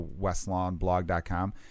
Westlawnblog.com